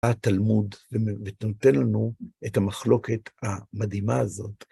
התלמוד, ואתה נותן לנו את המחלוקת המדהימה הזאת.